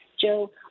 Joe